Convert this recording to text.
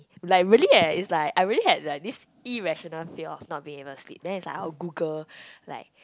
like really eh is like I already have like this irrational feel of not being able to sleep then is like I will Google like